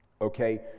Okay